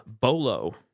bolo